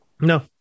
No